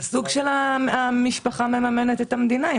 זה סוג של המשפחה מממנת את המדינה.